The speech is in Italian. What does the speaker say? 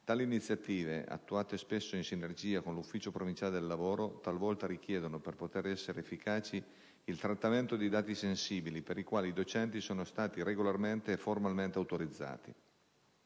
tali iniziative, attuate spesso in sinergia con l'Ufficio provinciale del lavoro, talvolta richiedono - per poter essere efficaci - il trattamento di dati sensibili, per il quale i docenti sono stati regolarmente e formalmente autorizzati.